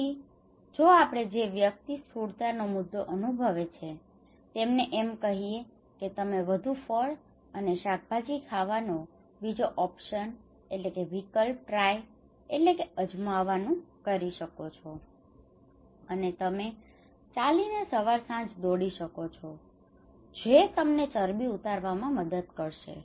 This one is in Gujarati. તેથી જો આપણે જે વ્યક્તિ સ્થૂળતાનો મુદ્દો અનુભવે છે તેમને એમ કહીએ કે તમે વધુ ફળ અને શાકભાજી ખાવાનો બીજો ઓપ્શન option વિકલ્પ ટ્રાય try અજમાવવું કરી શકો છો અને તમે ચાલીને સવાર સાંજ દોડી શકો છો જે તમને ચરબી ઉતારવામાં મદદ કરશે